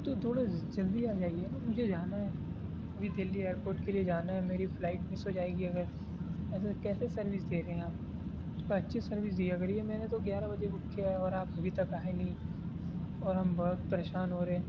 تھوڑا جلدی آ جائیے نا مجھے جانا ہے ابھی دلی ایئرپورٹ کے لیے جانا ہے میری فلائٹ مس ہو جائے گی اگر ایسے کیسے سروس دے رہے ہیں آپ تھوڑا اچھی سروس دیا کریے میں نے تو گیارہ بجے بک کیا ہے اور آپ ابھی تک آئے نہیں اور ہم بہت پریشان ہو رہے ہیں